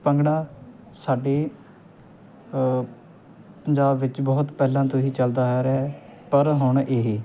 ਭੰਗੜਾ ਸਾਡੇ ਪੰਜਾਬ ਵਿੱਚ ਬਹੁਤ ਪਹਿਲਾਂ ਤੋਂ ਹੀ ਚੱਲਦਾ ਆ ਰਿਹਾ ਪਰ ਹੁਣ ਇਹ